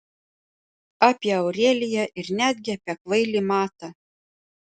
apie aureliją ir netgi apie kvailį matą